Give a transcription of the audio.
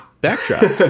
backdrop